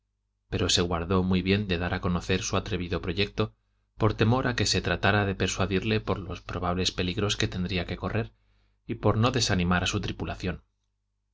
pero se guardó muy bien de dar a conocer su atrevido proyecto por temor a que se tratara de persuadirle por los probables peligros que tendría que correr y por no desanimar a su tripulación